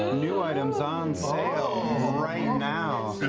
new items on sale right now.